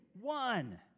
one